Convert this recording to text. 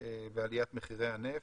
ועליית מחירי הנפט.